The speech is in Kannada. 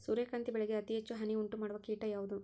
ಸೂರ್ಯಕಾಂತಿ ಬೆಳೆಗೆ ಅತೇ ಹೆಚ್ಚು ಹಾನಿ ಉಂಟು ಮಾಡುವ ಕೇಟ ಯಾವುದು?